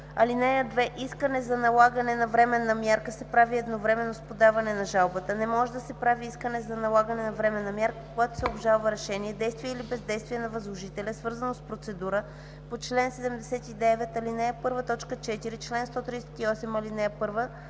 (2) Искане за налагане на временна мярка се прави едновременно с подаването на жалбата. Не може да се прави искане за налагане на временна мярка, когато се обжалва решение, действие или бездействие на възложителя, свързано с процедура по чл. 79,ал. 1, т. 4, чл. 138, ал. 1,